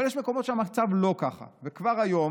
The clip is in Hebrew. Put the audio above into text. אבל יש מקומות שהמצב לא ככה, וכבר היום